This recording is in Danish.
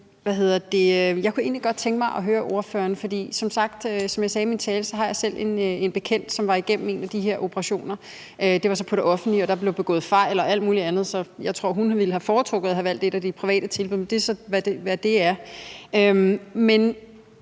Jeg kunne godt tænke mig at høre ordføreren om noget. Som jeg sagde i min tale, har jeg selv en bekendt, som var igennem en af de her operationer. Det var så i det offentlige, og der blev begået fejl og alt muligt andet, så jeg tror, at hun ville have foretrukket at have valgt et af de private tilbud, men det er så, hvad det er. Jeg